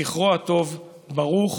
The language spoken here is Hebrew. זכרו הטוב ברוך